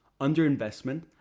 underinvestment